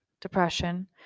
depression